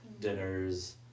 dinners